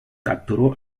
capturó